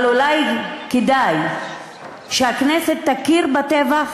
אבל אולי כדאי שהכנסת תכיר בטבח,